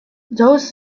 these